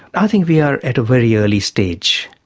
i think we are at a very early stage,